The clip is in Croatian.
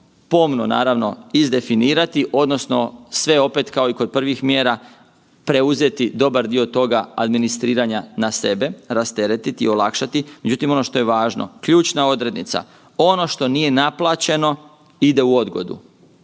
pomno naravno izdefinirati odnosno sve opet kao i kod prvih mjera preuzeti dobar dio toga administriranja na sebe, rasteretiti, olakšati. Međutim ono što je važno ključna odrednica, ono što nije naplaćeno ide o odgodu,